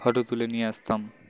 photo তুলে নিয়ে আসতাম